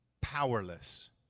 Powerless